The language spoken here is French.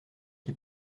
qui